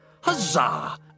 Huzzah